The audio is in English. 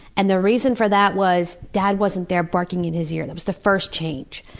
and the reason for that was, dad wasn't there barking in his ear. that was the first change.